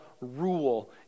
rule